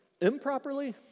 improperly